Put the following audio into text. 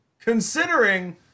considering